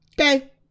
Okay